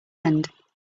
end